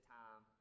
time